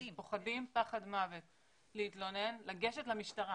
הם פוחדים פחד מוות להתלונן, לגשת למשטרה